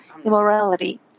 immorality